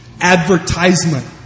advertisement